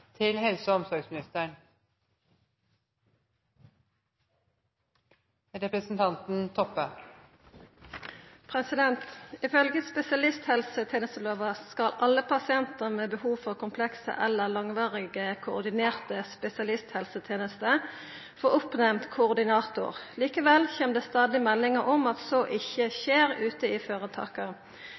spesialisthelsetenestelova skal alle pasientar med behov for komplekse eller langvarige koordinerte spesialisthelsetenester få oppnemnt koordinator. Likevel kjem det stadig meldingar om at så ikkje skjer ute i føretaka.